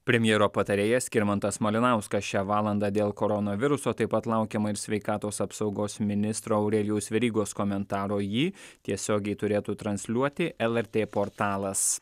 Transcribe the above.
premjero patarėjas skirmantas malinauskas šią valandą dėl koronaviruso taip pat laukiama ir sveikatos apsaugos ministro aurelijaus verygos komentaro jį tiesiogiai turėtų transliuoti lrt portalas